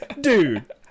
dude